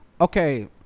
Okay